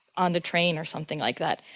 on the train or something like that.